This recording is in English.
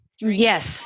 Yes